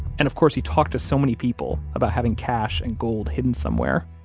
and of course, he talked to so many people about having cash and gold hidden somewhere